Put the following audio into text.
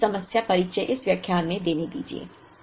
मुझे इस समस्या परिचय इस व्याख्यान में देने दीजिए